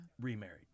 remarried